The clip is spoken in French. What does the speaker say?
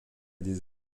des